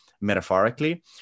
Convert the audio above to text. metaphorically